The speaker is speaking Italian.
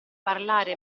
parlare